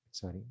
Sorry